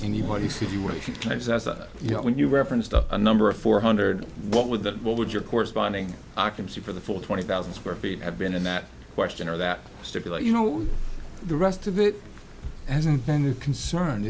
anybody situation claims that you know when you referenced a number of four hundred what would that what would your corresponding occupancy for the full twenty thousand square feet have been in that question or that stipulate you know the rest of it hasn't been a concern